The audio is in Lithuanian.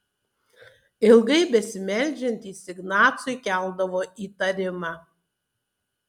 ilgai besimeldžiantys ignacui keldavo įtarimą